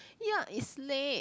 ya it's late